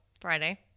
Friday